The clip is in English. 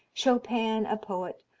chopin a poet,